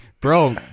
bro